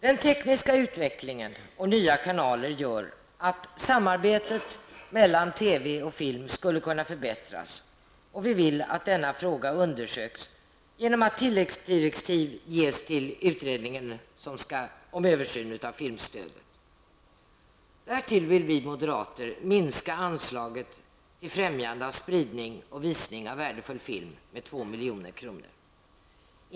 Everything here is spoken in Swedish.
Den tekniska utvecklingen och nya kanaler gör att samarbetet mellan TV och film skulle kunna förbättras, och vi vill att denna fråga undersöks genom att tilläggsdirektiv ges till utredningen om översyn av filmstödet. Därtill vill vi moderater minska anslaget till främjande av spridning och visning av värdefull film med 2 miljoner.